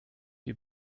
wir